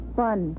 fun